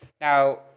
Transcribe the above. Now